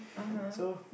so